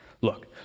look